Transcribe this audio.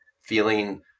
feeling